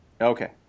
okay